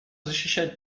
защищать